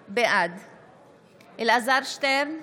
בעד אלעזר שטרן,